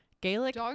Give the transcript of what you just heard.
Gaelic